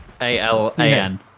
A-L-A-N